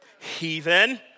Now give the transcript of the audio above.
Heathen